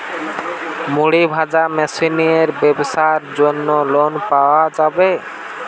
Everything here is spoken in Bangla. মুড়ি ভাজা মেশিনের ব্যাবসার জন্য লোন পাওয়া যাবে?